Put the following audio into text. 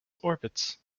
orbits